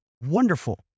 wonderful